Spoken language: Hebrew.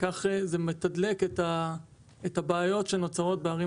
כך זה מתדלק את הבעיות שנוצרות בערים